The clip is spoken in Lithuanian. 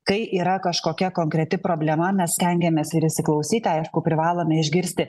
kai yra kažkokia konkreti problema mes stengiamės ir įsiklausyti aišku privalome išgirsti